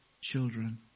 children